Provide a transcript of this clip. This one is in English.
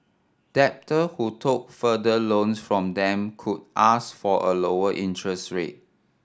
debtor who took further loans from them could ask for a lower interest rate